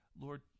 Lord